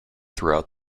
throughout